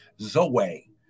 Zoe